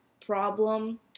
problem